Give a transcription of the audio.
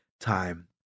time